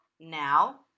now